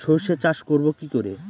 সর্ষে চাষ করব কি করে?